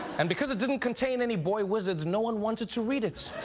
and because it didn't contain any boy wizards, no one wanted to read it.